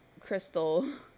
crystal